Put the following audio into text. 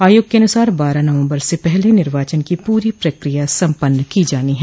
आयोग के अनुसार बारह नवम्बर से पहले निर्वाचन की पूरी प्रक्रिया सम्पन्न की जानी है